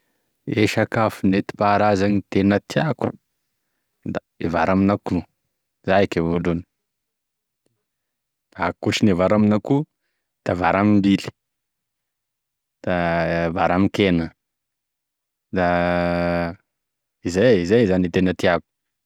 E sakafo nentim-paharazany tegna tiako da i vary amin'akoho, zay eka voalohany, ankoatrin'ny vary amin'akoho de vary amim-bily da vary amin-kena da izay, izay zany e tegna tiako.